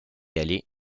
aller